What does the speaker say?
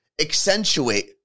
Accentuate